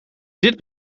dit